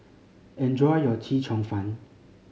enjoy your Chee Cheong Fun